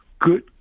good